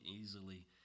easily